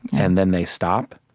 and then they stop,